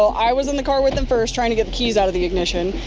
so i was in the car with him first, trying to get the keys out of the ignition.